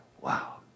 wow